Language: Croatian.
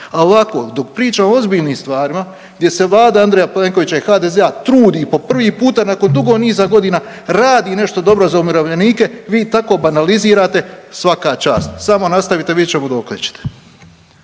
A ovako, dok pričamo o ozbiljnim stvarima gdje se Vlada Andreja Plenkovića i HDZ-a trudi po prvi puta nakon dugog niza godina radi nešto dobro za umirovljenike, vi tako banalizirate, svaka čast, samo nastavite, vidit ćemo dokle ćete.